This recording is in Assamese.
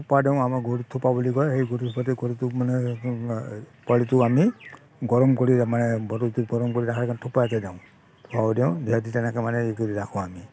থোপা দিওঁ আমাৰ গৰুৰ থোপা দিয়া বুলি কয় সেই গৰুৰ থোপাটো গৰুটোক মানে পোৱালিটো আমি গৰম কৰি মানে বডিটো গৰম কৰি ৰাখি থোপা এটা দিওঁ দিওঁ তেনেকৈ দি মানে এই কৰি ৰাখোঁ আমি